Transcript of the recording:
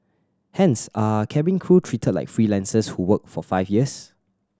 hence are cabin crew treated like freelancers who work for five years